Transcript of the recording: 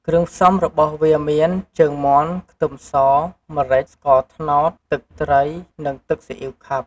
គ្រឿងផ្សំរបស់វាមាន ជើងមាន់ ខ្ទឹមស ម្រេច ស្ករត្នោត ទឹកត្រី និងទឹកស៊ីអ៉ីវខាប់។